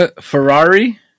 Ferrari